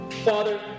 Father